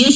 S